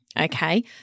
Okay